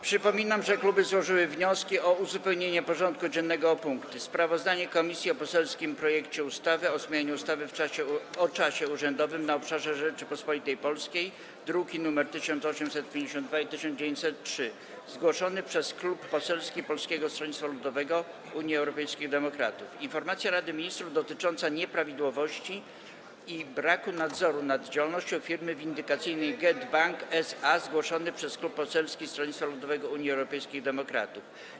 Przypominam, że kluby złożyły wnioski o uzupełnienie porządku dziennego o punkty: - Sprawozdanie komisji o poselskim projekcie ustawy o zmianie ustawy o czasie urzędowym na obszarze Rzeczypospolitej Polskiej (druki nr 1852 i 1903), zgłoszony przez Klub Poselski Polskiego Stronnictwa Ludowego - Unii Europejskich Demokratów, - Informacja Rady Ministrów dotycząca nieprawidłowości i braku nadzoru nad działalnością firmy windykacyjnej GetBack SA, zgłoszony przez Klub Poselski Polskiego Stronnictwa Ludowego - Unii Europejskich Demokratów,